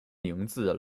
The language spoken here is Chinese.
名字